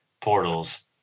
portals